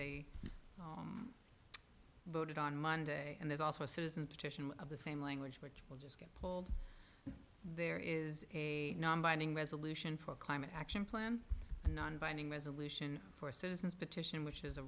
they voted on monday and there's also a citizen petition of the same language which will just get pulled there is a non binding resolution for climate action plan a non binding resolution for a citizens petition which has a